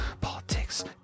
Politics